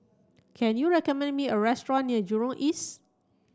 can you recommend me a restaurant near Jurong East